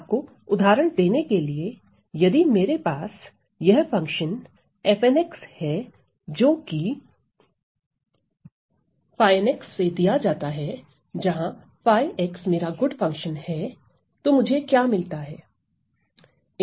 आपको उदाहरण देने के लिए यदि मेरे पास यह फंक्शन है जो कि से दिया जाता है जहां 𝜙 मेरा गुड फंक्शन है तो मुझे क्या मिलता है